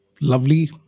Lovely